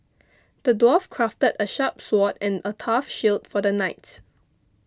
the dwarf crafted a sharp sword and a tough shield for the knights